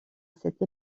cette